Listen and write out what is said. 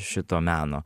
šito meno